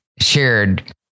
shared